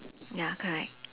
ya correct